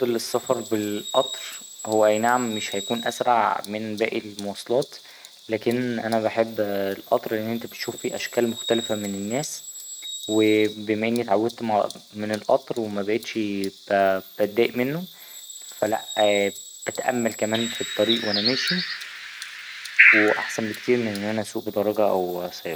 السفر بالقطر هو أينعم مش هيكون أسرع من باقي المواصلات لكن أنا بحب القطر لأن أنت بتشوف فيه أشكال مختلفة من الناس وبما إني اتعودت من القطر ومبقتش بتضايق منه فا لا بتأمل كمان في الطريق وأنا ماشي وأحسن بكتير من إن أنا أسوق بدراجة أو سيارة.